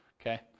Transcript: Okay